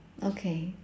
okay